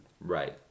Right